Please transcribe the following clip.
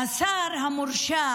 והשר המורשע